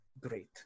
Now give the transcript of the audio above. Great